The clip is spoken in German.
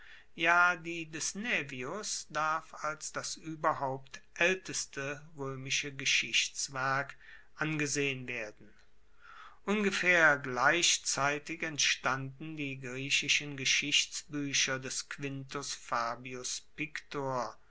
ja die des naevius darf als das ueberhaupt aelteste roemische geschichtswerk angesehen werden ungefaehr gleichzeitig entstanden die griechischen geschichtsbuecher des quintus fabius pictor